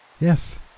Yes